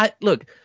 look